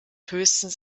höchstens